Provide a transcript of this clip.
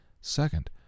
Second